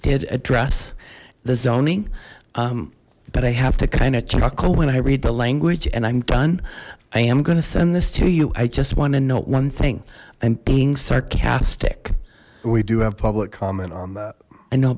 did address the zoning but i have to kind of chuckle when i read the language and i'm done i am gonna send this to you i just want to note one thing i'm being sarcastic we do have public comment on that i know